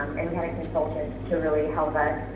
um and we had a consultant to really help us.